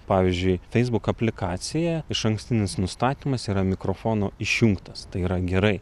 pavyzdžiui facebook aplikacija išankstinis nustatymas yra mikrofonu išjungtas tai yra gerai